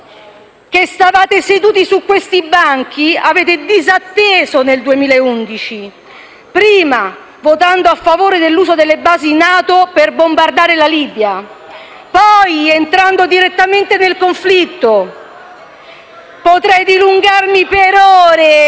che stavate seduti tra questi banchi avete disatteso nel 2011, prima votando a favore dell'uso delle basi NATO per bombardare la Libia, poi entrando direttamente nel conflitto. *(Commenti dal Gruppo